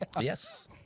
Yes